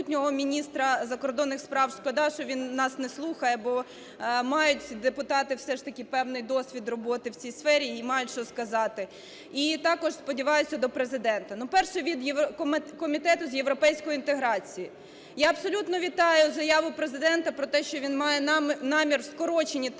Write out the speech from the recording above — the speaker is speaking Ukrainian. шкода, що він нас не слухає, бо мають депутати все ж таки депутати певний досвід роботи в цій сфері і мають що сказати, і також, сподіваюся, до Президента. Ну, перше - Комітету з європейської інтеграції. Я абсолютно вітаю заяву Президента про те, що він має намір у скорочені терміни